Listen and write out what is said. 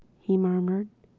he murmured,